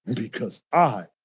because i